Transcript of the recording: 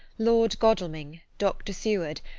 lord godalming, dr. seward,